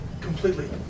completely